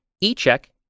e-check